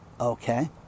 Okay